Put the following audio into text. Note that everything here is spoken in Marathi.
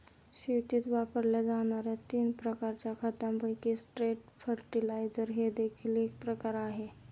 शेतीत वापरल्या जाणार्या तीन प्रकारच्या खतांपैकी स्ट्रेट फर्टिलाइजर हे देखील एक प्रकार आहे